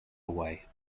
away